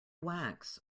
wax